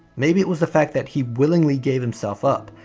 maybe it was the fact that he willingly gave himself up,